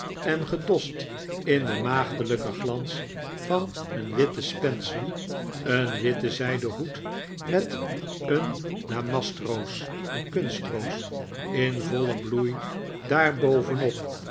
en gedost in den maagdelijken glans van een witten spencer een witten zijden hoed met een damastroos een kunstroos in vollen bloei daar